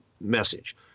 message